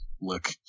look